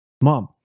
Mom